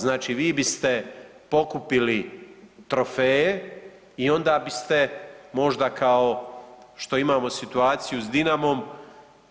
Znači, vi biste pokupili trofeje i onda biste možda kao što imamo situaciju s Dinamom